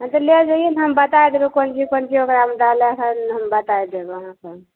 हँ तऽ लै जइहे ने हम बताय देबै कोन चीज कोन चीज ओकरामे डालऽ हल हम बताय देब अहाँकेॅं